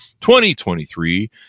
2023